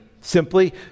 simply